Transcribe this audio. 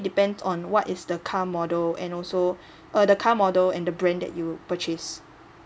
depend on what is the car model and also uh the car model and the brand that you purchase